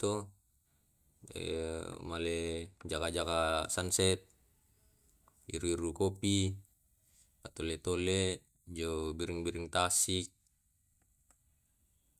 iyatu bisa masennang to.